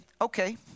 okay